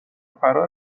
فرا